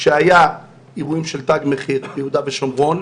כשהיו אירועים של תג מחיר ביהודה ושומרון,